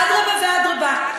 אדרבה ואדרבה.